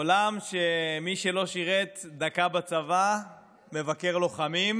עולם שמי שלא שירת דקה בצבא מבקר לוחמים,